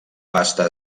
pasta